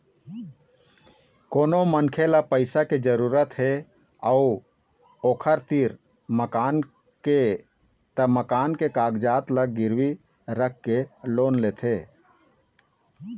कोनो मनखे ल पइसा के जरूरत हे अउ ओखर तीर मकान के त मकान के कागजात ल गिरवी राखके लोन लेथे